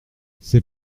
c’est